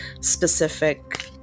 specific